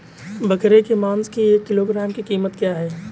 बकरे के मांस की एक किलोग्राम की कीमत क्या है?